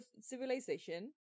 civilization